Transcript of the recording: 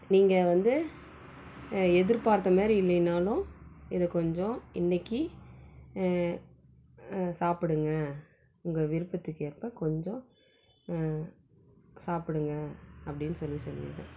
நீங்கள் வந்து எதிர்பார்த்த மாதிரி இல்லைனாலும் இதை கொஞ்சம் இன்னைக்கி சாப்பிடுங்க உங்கள் விருப்பத்துக்கேற்ப கொஞ்சம் சாப்பிடுங்க அப்டின்னு சொல்லி சொல்லிடுவேன்